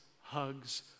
hugs